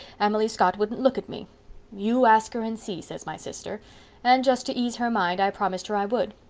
emily scott wouldn't look at me you ask her and see says my sister and just to ease her mind i promised her i would.